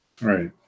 Right